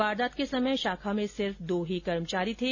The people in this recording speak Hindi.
वारदात के समय शाखा में सिर्फ दो ही कर्मचारी थे